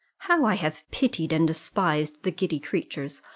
how i have pitied and despised the giddy creatures,